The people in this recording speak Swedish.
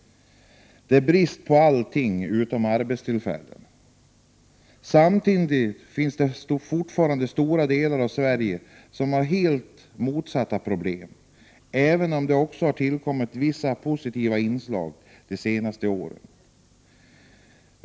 Det är brist på allting utom arbetstillfällen. Samtidigt finns det fortfarande stora delar av Sverige som har helt motsatta problem, även om det också har tillkommit vissa positiva inslag de senaste åren.